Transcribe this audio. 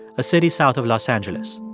a city south of los angeles.